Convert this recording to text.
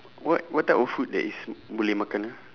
what what type of food that is b~ boleh makan ah